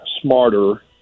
smarter